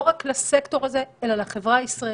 לא רק לסקטור הזה, אלא לחברה הישראלית,